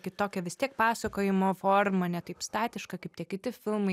kitokia vis tiek pasakojimo forma ne taip statiška kaip tie kiti filmai